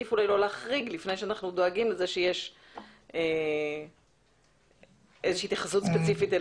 עדיף לא להחריג לפני שאנחנו דואגים לכך שיש איזשהו התייחסות ספציפית.